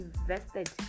invested